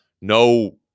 no